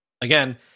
Again